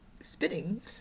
spitting